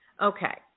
Okay